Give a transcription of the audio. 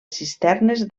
cisternes